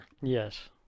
Yes